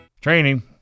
Training